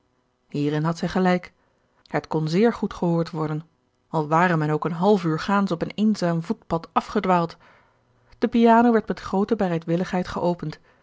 hierin had zij gelijk het kon zeer goed gehoord worden al ware men ook een half uur gaans op een eenzaam voetpad afgedwaald de piano werd met groote bereidwilligheid geopend